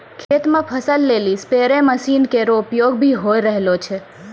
खेत म फसल लेलि स्पेरे मसीन केरो उपयोग भी होय रहलो छै